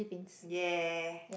ya